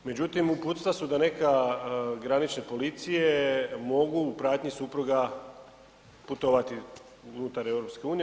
Međutim, upustva su da neka granične policije mogu u pratnji supruga putovati unutar EU.